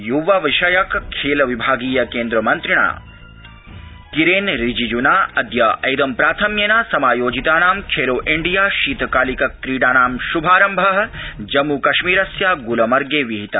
युवविषयक खेल विभागीय केन्द्रीय मन्त्रिणा किरेन रिजिज़्ना अद्य ऐदम्प्राथम्येन समोयोजितानां खेलो इण्डिया शीतकालिक क्रीडानां शुभारम्भ जम्मूकश्मीरस्य गुलमर्गे विहित